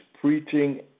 preaching